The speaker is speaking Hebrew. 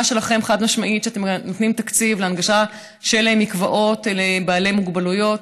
החד-משמעית שלכם שאתם נותנים תקציב להנגשה של מקוואות לבעלי מוגבלויות.